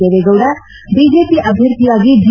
Deve Gowda BJP ಅಭ್ಯರ್ಥಿಯಾಗಿ G